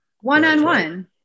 one-on-one